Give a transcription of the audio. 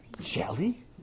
Jelly